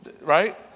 Right